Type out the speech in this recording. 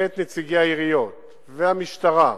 את נציגי העיריות ואת המשטרה.